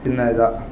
சின்ன இதா